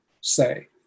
say